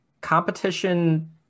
competition